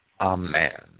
Amen